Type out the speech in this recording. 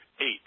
eight